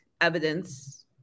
evidence